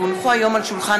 כי הונחו היום על שולחן